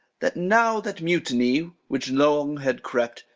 that now that mutiny, which long had crept,